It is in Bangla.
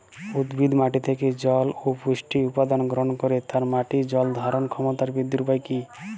উদ্ভিদ মাটি থেকে জল ও পুষ্টি উপাদান গ্রহণ করে তাই মাটির জল ধারণ ক্ষমতার বৃদ্ধির উপায় কী?